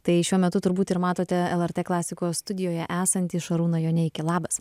tai šiuo metu turbūt ir matote lrt klasikos studijoje esantį šarūną joneikį labas